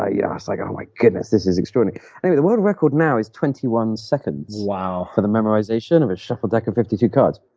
i yeah said, oh my goodness. this is extraordinary. anyway, the world record now is twenty one seconds for the memorization of a shuffled deck of fifty two cards.